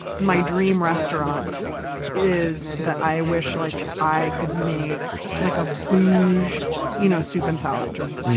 my dream restaurant is that i wish like i could make like a bougie you know soup and salad joint.